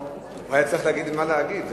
הוא היה צריך להגיד לי מה להגיד.